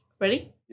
Ready